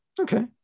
okay